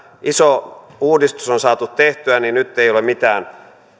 iso uudistus on saatu tehtyä niin nyt ei ole mitään